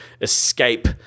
escape